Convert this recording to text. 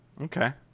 Okay